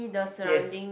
yes